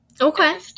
Okay